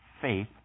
faith